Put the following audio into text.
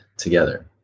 together